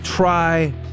Try